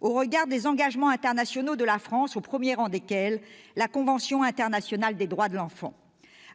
au regard des engagements internationaux de la France, au premier rang desquels la Convention internationale des droits de l'enfant. »